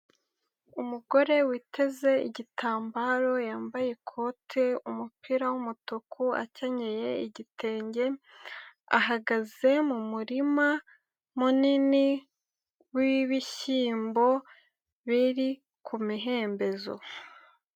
Umugore witeze igitambaro yambaye ikote, umupira w'umutuku, akenyeye igitenge, ahagaze mu murima munini w'ibishyiyimbo biri ku mihembezo.